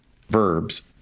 verbs